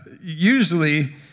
Usually